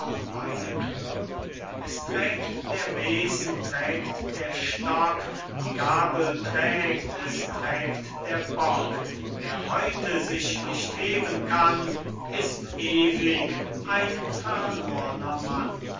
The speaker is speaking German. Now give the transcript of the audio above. beyde chöre es trägt der besen trägt der stock die gabel trägt es trägt der bock wer heute sich nicht heben kann ist ewig ein verlorner mann